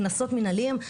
קנסות מינהליים,